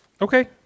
Okay